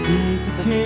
Jesus